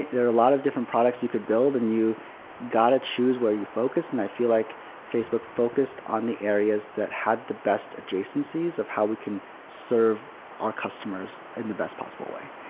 there are a lot of different products you could build and you got to choose where you focus. and i feel like facebook focused on the areas that had the best adjacencies of how we can serve our customers in the best possible way.